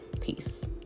peace